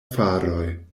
faroj